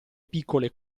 piccole